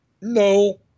No